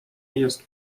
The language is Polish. jest